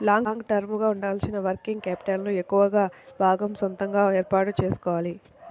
long term గా ఉండాల్సిన working capital ను ఎక్కువ భాగం సొంతగా ఏర్పాటు చేసుకోవాలి